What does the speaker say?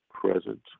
present